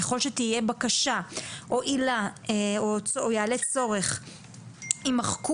ככל שתהיה בקשה או יעלה צורך יימחקו